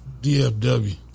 DFW